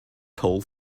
toll